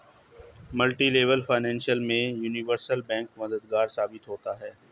multilevel finance में universal bank मददगार साबित होता है